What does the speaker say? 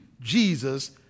Jesus